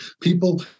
people